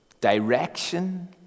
Direction